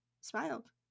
smiled